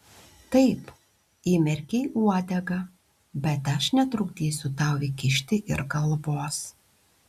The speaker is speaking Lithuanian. taip įmerkei uodegą bet aš netrukdysiu tau įkišti ir galvos